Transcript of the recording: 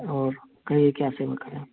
और कहिए क्या सेवा करना है आपकी